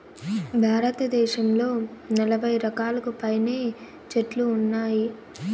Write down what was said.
భారతదేశంలో నలబై రకాలకు పైనే చెట్లు ఉన్నాయి